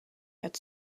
had